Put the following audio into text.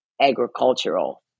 agricultural